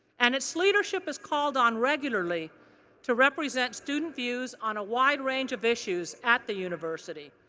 and its leadership is called on regularly to represent student views on a wide range of issues at the university.